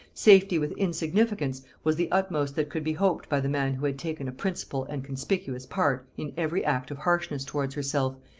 safety with insignificance was the utmost that could be hoped by the man who had taken a principal and conspicuous part in every act of harshness towards herself,